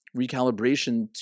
recalibration